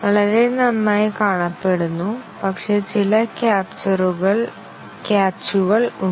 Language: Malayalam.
വളരെ നന്നായി കാണപ്പെടുന്നു പക്ഷേ ചില ക്യാച്ചുകൾ ഉണ്ട്